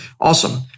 awesome